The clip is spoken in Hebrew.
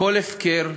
הכול הפקר.